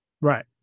Right